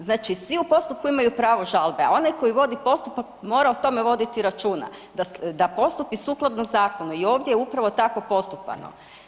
Znači svi u postupku imaju pravo žalbe, a onaj koji vodi postupak mora o tome voditi računa da postupi sukladno zakonu i ovdje je upravo tako postupano.